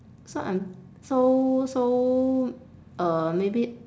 so I'm so so uh maybe